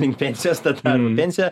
link pensijos tą daro pensija